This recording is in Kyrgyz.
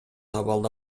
абалда